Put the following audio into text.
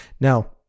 Now